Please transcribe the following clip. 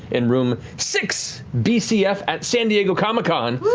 in room six bcf at san diego comic-con!